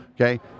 Okay